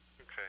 Okay